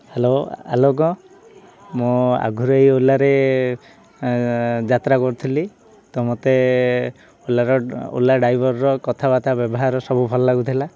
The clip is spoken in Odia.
ହ୍ୟାଲୋ ଆଲୋକ ମୁଁ ଆଗରୁ ଏଇ ଓଲାରେ ଯାତ୍ରା କରୁଥିଲି ତ ମୋତେ ଓଲାର ଓଲା ଡ୍ରାଇଭର୍ର କଥାବାର୍ତ୍ତା ବ୍ୟବହାର ସବୁ ଭଲ ଲାଗୁଥିଲା